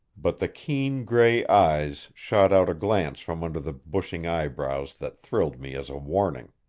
but the keen gray eyes shot out a glance from under the bushing eyebrows that thrilled me as a warning.